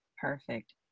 Perfect